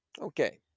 Okay